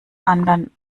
anderen